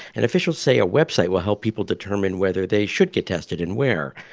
and officials say a website will help people determine whether they should get tested and where.